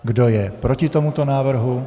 Kdo je proti tomuto návrhu?